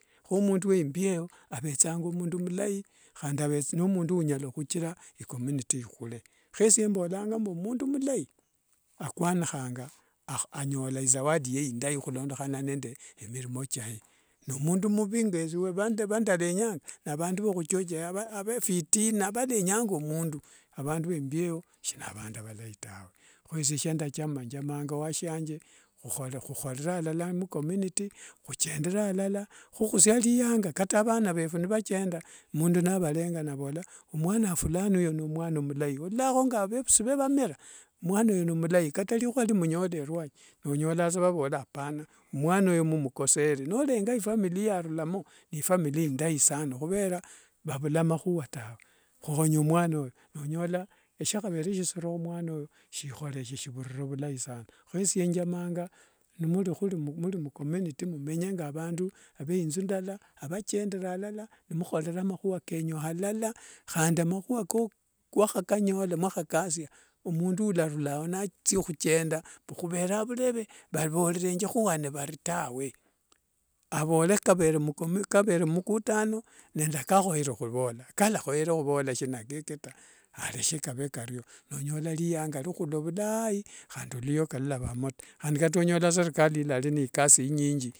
Kho mundu wa imbia eyo avethanga mundu mulai khandi ni mundu unyalakhuchira icommunity ikhule kho esie mbolanga mbu mundu mulai akwanikhanga anyola izawadi yee indai khulondokhana nde mirimi chae ne mundu muvii avandu vaa khuchochea va phitina valenyanga mundu avandu vya imbia eyo shinavandu valai tawe kho esie shandachama ni khokhorere alala mucommunity khuchendere alala khukhusia riyenga kata vana vefu nivachenda mundu navarega nivavola omwana wa fulani oyo ni mwana mulai ololakho ngiluavevusi vae vamera mwanayo nomulai kata rikhua nirimunyola ruanyi nolola sa nivavola apana mwana oyo mumukosere norenga mufamilia mwarulamo ni ifamilia indai sanaa khuvera vavula makhuwa tawe khukhonya mwana oyo onyola siakhavere sisiro khumwana oyo shikhorekhe vulai sana kho esie njamanga nimuri mucommunity mumenye ngavandu ve inzu ndala avachendera alala nimukhorera makhua kenyu khalala khandi makhua nimukhanyola nimukhakasia omundu yalarula ao nathia khuchenda mbu khuvera avurere varorerenje khuwane vari tawe avore kavere mumukutano nende kakhoere khuvola kayalakhoere khuvola sinakeke areshe kave kario nonyola riyanga nirikhula vulaii khandi luyoka nilulavamo taa khandi kata onyola serikali ilari nde ikasi inyinji